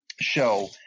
show